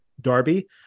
Darby